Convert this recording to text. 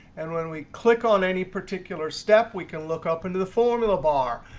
and when we click on any particular step, we can look up into the formula bar.